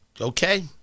Okay